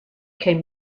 came